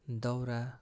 दाउरा